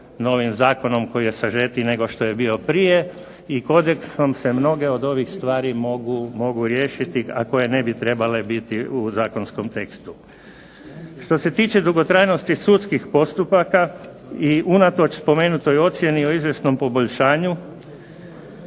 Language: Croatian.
novim zakonom koji je sažetiji nego što je bio prije i kodeksom se mnoge od ovih stvari mogu riješiti, a koje ne bi trebale biti u zakonskom tekstu. Što se tiče dugotrajnosti sudskih postupaka i unatoč spomenutoj ocjeni o izvjesnom poboljšanju